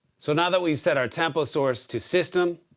so now that we set our tempo source to system,